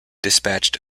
dispatched